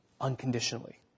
unconditionally